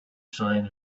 sign